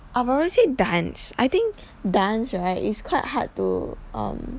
I've already said dance I think dance right is quite hard to um